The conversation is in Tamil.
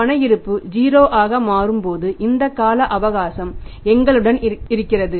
பண இருப்பு 0 ஆக மாறும் போது இந்த கால அவகாசம் எங்களுடன் கிடைக்கிறது